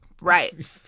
Right